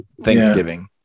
Thanksgiving